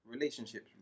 relationships